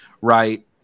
Right